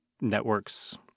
networks